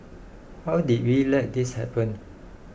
how did we let this happen